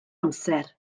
amser